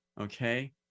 Okay